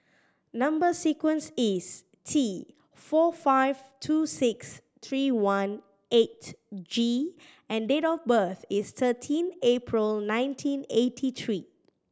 number sequence is T four five two six three one eight G and date of birth is thirteen April nineteen eighty three